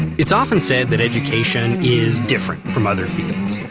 it's often said that education is different from other fields.